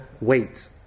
wait